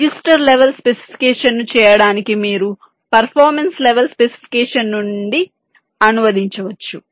register level స్పెసిఫికేషన్ను చేయడానికి మీరు పర్ఫార్మెన్స్ లెవెల్ స్పెసిఫికేషన్ నుండి అనువదించవచ్చు